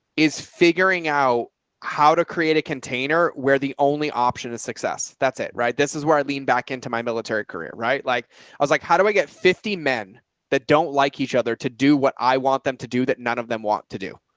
is figuring out how to create a container where the only option is success. that's it? right. this is where i leaned back into my military career. right. like i was like, how do i get fifty men that don't like each other to do what i want them to do that none of them want to do.